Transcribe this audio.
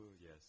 yes